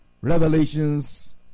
Revelations